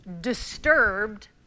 disturbed